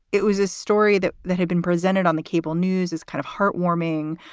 it was a story that that had been presented on the cable news is kind of heartwarming.